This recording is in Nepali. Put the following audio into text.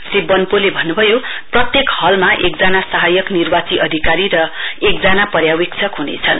श्री वन्पोले भन्नुभयो प्रत्येक हलमा एकजना सहायक निवार्ची अधिकारी र एकजना पर्यावेक्षक हुनेछन्